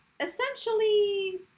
essentially